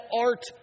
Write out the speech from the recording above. art